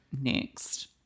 Next